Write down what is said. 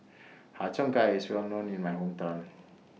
Har Cheong Gai IS Well known in My Hometown